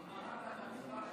כבוד השר,